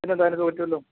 പിന്നെന്താ അതിന് ചോദിച്ചോളൂ